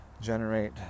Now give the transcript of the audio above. generate